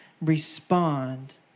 respond